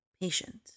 patient